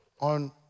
on